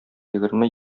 егерме